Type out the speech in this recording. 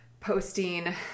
posting